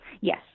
Yes